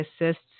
assists